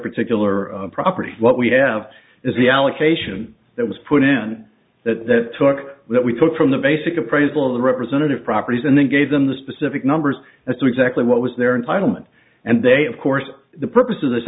particular property what we have is the allocation that was put in that took that we took from the basic appraisal of the representative properties and then gave them the specific numbers that's exactly what was their entitlement and they of course the purpose of this